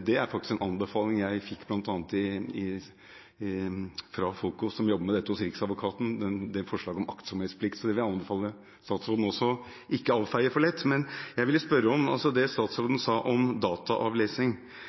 Forslaget om aktsomhetsplikt er en anbefaling jeg fikk fra bl.a. folk som jobber med dette hos Riksadvokaten, så det vil jeg anbefale statsråden om ikke å avfeie for lett. Men jeg vil spørre om det statsråden sa om